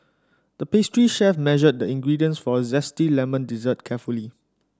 the pastry chef measured the ingredients for a zesty lemon dessert carefully